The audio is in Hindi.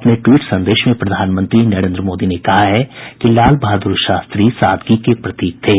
अपने ट्वीट संदेश में प्रधानमंत्री नरेन्द्र मोदी ने कहा है कि लाल बहादुर शास्त्री सादगी के प्रतीक थे